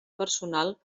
personal